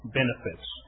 benefits